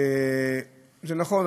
זה נכון,